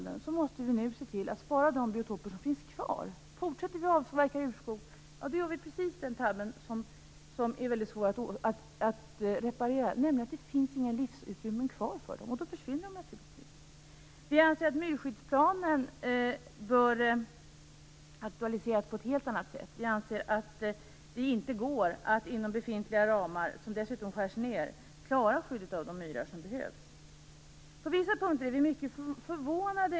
Det går inte att inom befintliga ramar, som dessutom skärs ned, klara av det skydd av myrar som behövs.